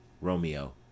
ROMEO